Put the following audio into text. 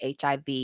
HIV